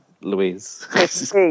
Louise